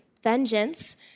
Vengeance